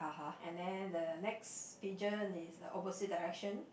and then the next feature is opposite direction